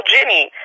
Jenny